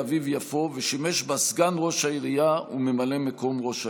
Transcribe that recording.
אביב-יפו ושימש בה סגן ראש העירייה וממלא מקום ראש העיר.